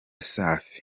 safi